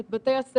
את בתי הספר,